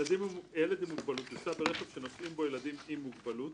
"ילד עם מוגבלות יוסע ברכב שנוסעים בו ילדים עם מוגבלות,